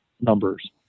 numbers